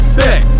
back